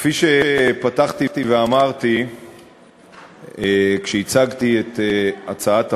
כפי שפתחתי ואמרתי כשהצגתי את הצעת החוק,